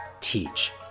teach